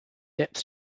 depth